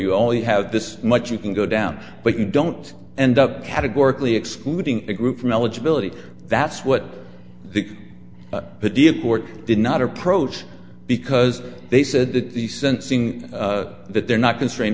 you only have this much you can go down but you don't end up categorically excluding a group from eligibility that's what the court did not approach because they said that the sensing that they're not constrained